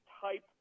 type